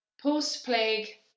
post-plague